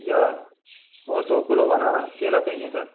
या और दो किलो बनाना या केला चाहिए सर